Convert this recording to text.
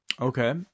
Okay